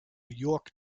york